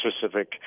specific